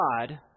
God